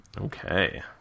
Okay